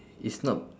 it's not